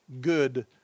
good